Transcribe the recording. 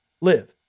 live